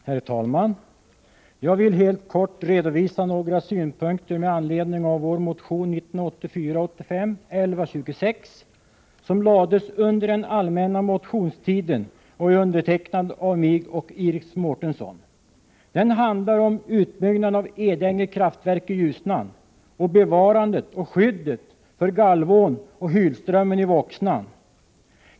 Herr talman! Jag vill helt kort redovisa några synpunkter med anledning av vår motion 1984/85:1126, som lades fram under den allmänna motionstiden och är undertecknad av mig och Iris Mårtensson. Den handlar om utbyggnaden av Edänge kraftverk i Ljusnan och bevarandet av och skyddet för Galvån och Hylströmmen i Voxnan.